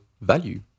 value